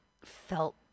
felt